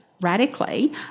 radically